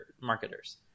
marketers